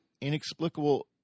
inexplicable